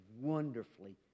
wonderfully